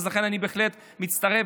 לכן אני בהחלט מצטרף,